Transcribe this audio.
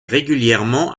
régulièrement